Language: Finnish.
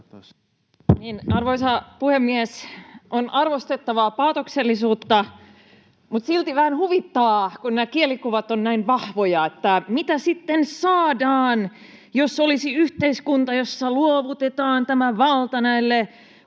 Arvoisa puhemies! On arvostettavaa paatoksellisuutta, mutta silti vähän huvittaa, kun nämä kielikuvat ovat näin vahvoja, että mitä sitten saadaan, jos olisi yhteiskunta, jossa luovutetaan tämä valta näille